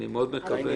אני מאוד מקווה.